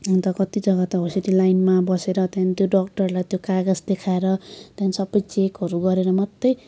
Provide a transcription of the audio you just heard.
अन्त कति जग्गा त हो त्यसरी लाइनमा बसेर त्यहाँदेखि त्यो डाक्टरलाई कागज देखाएर त्यहाँदेखि सबै चेकहरू गरेर मात्रै